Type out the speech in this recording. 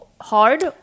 hard